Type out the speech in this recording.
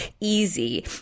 easy